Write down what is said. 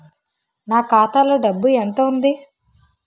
నా ఖాతాలో డబ్బు ఎంత ఉంది?